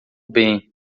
bem